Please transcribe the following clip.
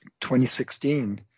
2016